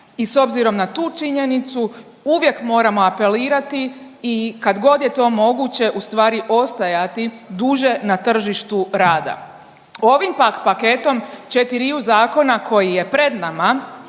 i s obzirom na tu činjenicu uvijek moramo apelirati i kad god je to moguće ustvari ostajati duže na tržištu rada. Ovim pak paketom 4-riju zakona koji je pred nama,